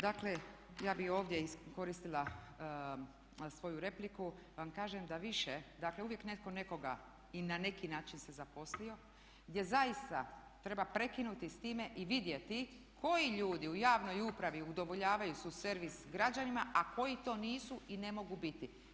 Dakle, ja bih ovdje iskoristila svoju repliku da vam kažem da više, dakle uvijek netko nekoga i na neki način se zaposlio gdje zaista treba prekinuti s time i vidjeti koji ljudi u javnoj upravi udovoljavaju, su servis građanima a koji to nisu i ne mogu biti.